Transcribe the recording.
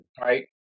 right